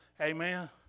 Amen